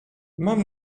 mam